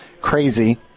crazy